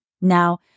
Now